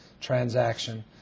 transaction